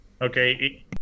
Okay